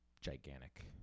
gigantic